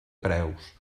preus